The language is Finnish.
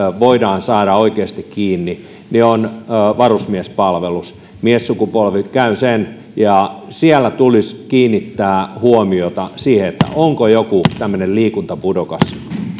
voidaan saada oikeasti kiinni on varusmiespalvelus miessukupolvi käy sen ja siellä tulisi kiinnittää huomiota siihen onko joku tämmöinen liikuntapudokas